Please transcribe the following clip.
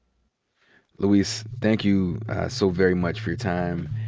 luis, thank you so very much for your time.